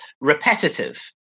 repetitive